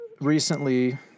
recently